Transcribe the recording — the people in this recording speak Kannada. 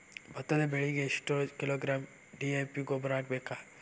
ಭತ್ತದ ಬೆಳಿಗೆ ಎಷ್ಟ ಕಿಲೋಗ್ರಾಂ ಡಿ.ಎ.ಪಿ ಗೊಬ್ಬರ ಹಾಕ್ಬೇಕ?